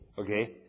okay